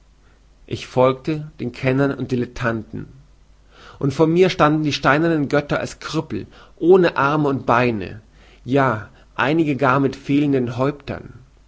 ich folgte den kennern und dilettanten und vor mir standen die steinernen götter als krüppel ohne arme und beine ja einige gar mit fehlenden häuptern